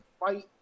fight